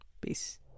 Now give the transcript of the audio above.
Peace